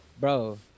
Bro